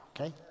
Okay